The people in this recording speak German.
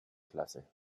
klasse